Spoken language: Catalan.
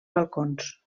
balcons